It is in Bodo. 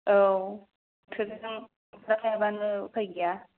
औथोसिगोन थोआबानो उफाय गैया